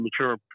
mature